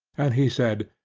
and he said,